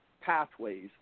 pathways